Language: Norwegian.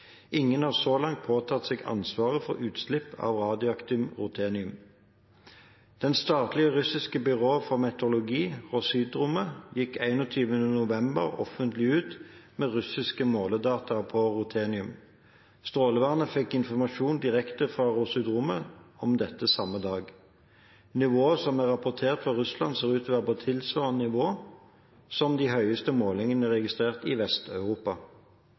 Ingen har så langt påtatt seg ansvaret for utslipp av radioaktivt ruthenium. Det statlige russiske byrået for meteorologi, Roshydromet, gikk 21. november offentlig ut med russiske måledata for ruthenium. Strålevernet fikk informasjon direkte fra Roshydromet om dette samme dag. Nivåene som er rapportert fra Russland, ser ut til å være på tilsvarende nivå som de høyeste målingene registrert i